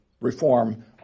reform